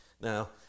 Now